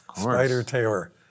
Spider-Taylor